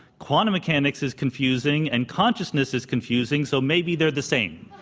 quantum mechanics is confusing, and consciousness is confusing, so maybe they're the same.